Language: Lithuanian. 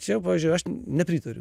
čia pavyzdžiui aš nepritariu